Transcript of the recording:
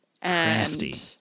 Crafty